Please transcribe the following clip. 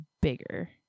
bigger